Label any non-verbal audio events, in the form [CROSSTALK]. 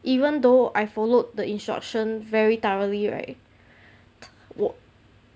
even though I followed the instructions very thoroughly right [NOISE] 我